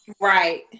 right